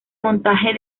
montaje